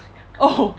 oh